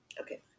Okay